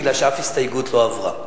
מפני שאף הסתייגות לא עברה.